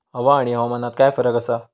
हवा आणि हवामानात काय फरक असा?